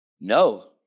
No